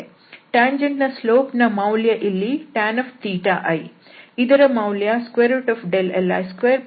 ಟ್ಯಾಂಜೆಂಟ್ನ slope ನ ಮೌಲ್ಯ ಇಲ್ಲಿ tan i